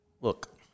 look